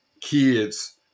kids